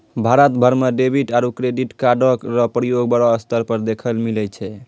भारत भर म डेबिट आरू क्रेडिट कार्डो र प्रयोग बड़ो स्तर पर देखय ल मिलै छै